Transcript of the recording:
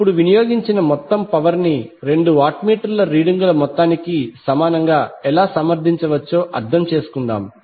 ఇప్పుడు వినియోగించిన మొత్తం పవర్ ని రెండు వాట్ మీటర్ రీడింగుల మొత్తానికి సమానంగా ఎలా సమర్థించవచ్చో అర్థం చేసుకుందాం